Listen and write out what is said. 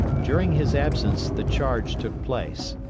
during his absence the charge took place.